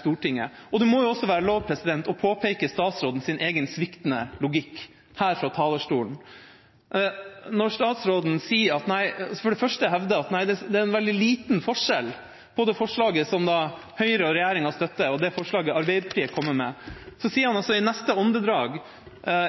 Stortinget. Og det må jo også være lov til å påpeke statsrådens egen sviktende logikk her fra talerstolen. Statsråden hevder først at det er veldig liten forskjell på det forslaget som Høyre og regjeringa støtter, og det forslaget Arbeiderpartiet kommer med. Så sier han i neste åndedrag,